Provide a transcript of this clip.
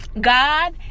God